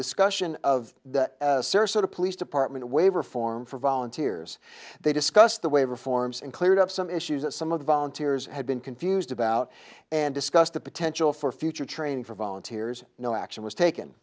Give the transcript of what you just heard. discussion of the sarasota police department waiver form for volunteers they discussed the waiver forms and cleared up some issues that some of the volunteers had been confused about and discussed the potential for future training for volunteers no action was taken